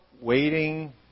waiting